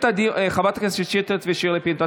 חברת הכנסת שטרית וחברת הכנסת שירלי פינטו,